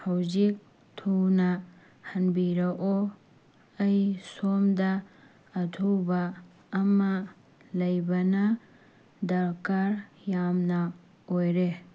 ꯍꯧꯖꯤꯛ ꯊꯨꯅ ꯍꯟꯕꯤꯔꯛꯑꯣ ꯑꯩ ꯁꯣꯝꯗ ꯑꯊꯨꯕ ꯑꯃ ꯂꯩꯕꯅ ꯗꯔꯀꯥꯔ ꯌꯥꯝꯅ ꯑꯣꯏꯔꯦ